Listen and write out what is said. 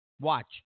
Watch